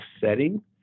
setting